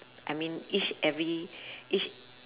I mean each every each